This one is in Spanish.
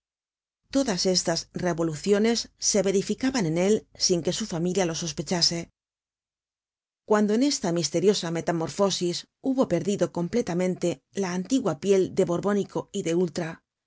todas estas revoluciones se verificaban en él sin que su familia lo sospechase cuando en esta misteriosa metamorfosis hubo perdido completamente la antigua piel de borbónico y de ultra